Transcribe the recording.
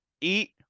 eat